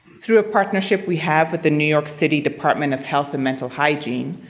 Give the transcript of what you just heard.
through a partnership we have with the new york city department of health and mental hygiene,